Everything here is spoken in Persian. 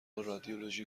رادیولوژی